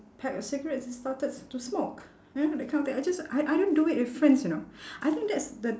pack of cigarettes and started to smoke you know that kind of thing I just I I don't do it with friends you know I think that's the